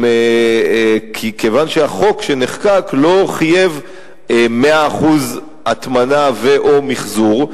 כיוון שהחוק שנחקק לא חייב 100% הטמנה ו/או מיחזור,